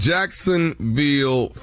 Jacksonville